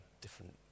different